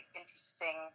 interesting